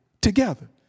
together